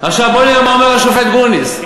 בוא נראה מה אומר השופט גרוניס,